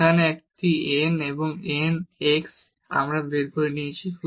এখানে একটি n এবং x n আমরা বের করেছি